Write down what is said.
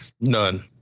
None